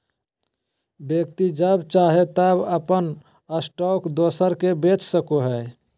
व्यक्ति जब चाहे तब अपन स्टॉक दोसर के बेच सको हइ